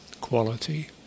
quality